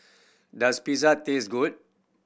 does Pizza taste good